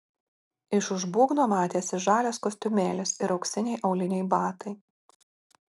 iš už būgno matėsi žalias kostiumėlis ir auksiniai auliniai batai